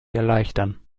erleichtern